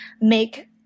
make